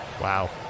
Wow